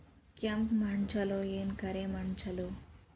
ಕೆಂಪ ಮಣ್ಣ ಛಲೋ ಏನ್ ಕರಿ ಮಣ್ಣ ಛಲೋ?